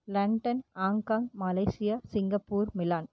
London Hong Kong Malaysia Singapore Milan